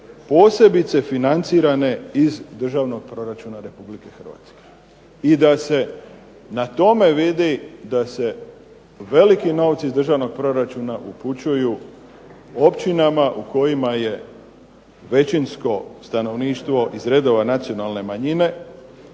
posebice financirane iz državnog proračuna Republike Hrvatske i da se na tome vidi da se veliki novci iz Državnog proračuna upućuju općinama u kojima je većinsko stanovništvo iz redova nacionalne manjine,